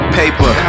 paper